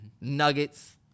Nuggets